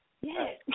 Yes